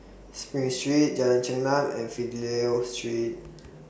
SPRING Street Jalan Chengam and Fidelio Street